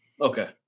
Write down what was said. Okay